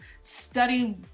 study